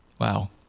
Wow